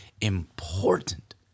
important